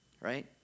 right